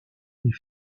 les